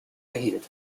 erhielt